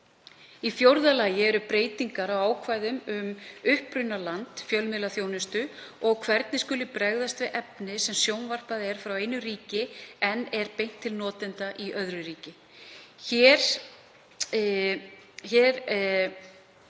Í fjórða lagi eru breytingar á ákvæðum um upprunaland fjölmiðlaþjónustu og hvernig skuli bregðast við efni sem sjónvarpað er frá einu ríki en er beint til notenda í öðru ríki.